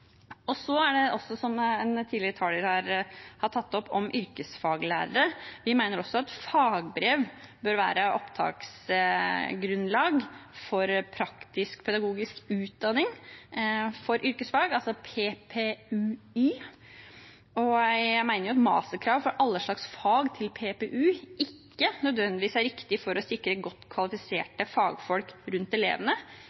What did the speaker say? Som en tidligere taler har tatt opp, om yrkesfaglærere – vi mener også at fagbrev bør være opptaksgrunnlag for praktisk-pedagogisk utdanning for yrkesfag, altså PPUY. Jeg mener at masterkrav for alle slags fag i PPU ikke nødvendigvis er riktig for å sikre godt